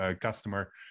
customer